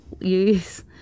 use